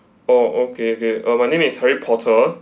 oh okay okay uh my name is harry porter